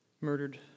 murdered